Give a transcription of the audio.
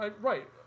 right